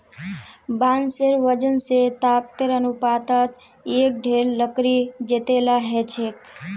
बांसेर वजन स ताकतेर अनुपातत एक दृढ़ लकड़ी जतेला ह छेक